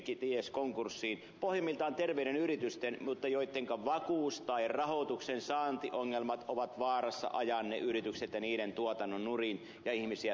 ne ovat pohjimmiltaan terveitä yrityksiä mutta niiden vakuuksien tai rahoituksen saantiongelmat ovat vaarassa ajaa ne ja niiden tuotannon nurin ja ihmisiä työttömiksi